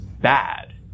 bad